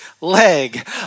leg